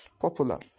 popular